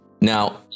now